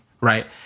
right